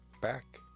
back